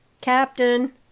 Captain